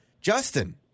Justin